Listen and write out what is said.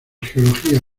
geología